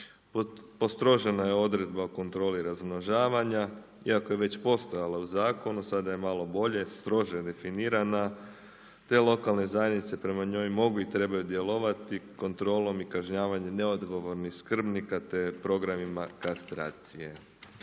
Postrožena je odredba o kontroli razmnožavanja, iako je već postojala u zakonu sada je malo bolje, strože definirana te lokalne zajednice prema njoj mogu i trebaju djelovati kontrolom i kažnjavanjem neodgovornih skrbnika te programima kastracije.